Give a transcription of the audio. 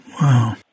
Wow